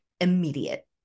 immediate